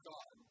God